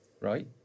Right